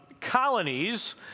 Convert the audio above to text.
colonies